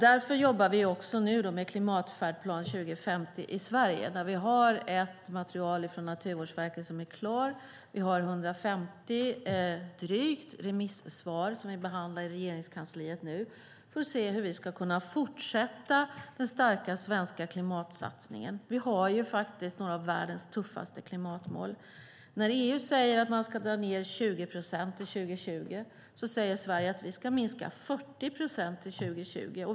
Därför jobbar vi nu med Klimatfärdplan 2050 i Sverige där vi har ett material från Naturvårdsverket som är klart. Vi har drygt 150 remissvar som vi nu behandlar i Regeringskansliet för att se hur vi ska kunna fortsätta den starka svenska klimatsatsningen. Vi har faktiskt några av världens tuffaste klimatmål. När EU säger att man ska minska utsläppen med 20 procent till 2020 säger Sverige att vi ska minska dem med 40 procent till 2020.